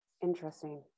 Interesting